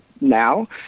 now